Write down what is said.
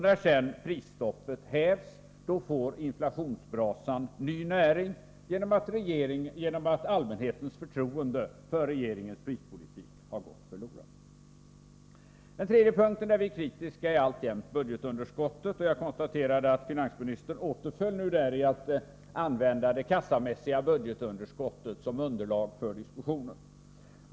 När sedan prisstoppet hävs får inflationsbrasan ny näring genom att allmänhetens förtroende för regeringens prispolitik har gått förlorat. Den tredje punkt där vi är kritiska gäller alltjämt budgetunderskottet. Jag konstaterade att finansministern återföll till att tala om det kassamässiga budgetunderskottet som underlag för diskussionen.